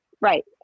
Right